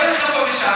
לא יהיה לך פה משעמם,